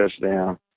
touchdown